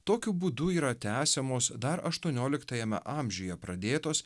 tokiu būdu yra tęsiamos dar aštuonioliktajame amžiuje pradėtos